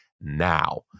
now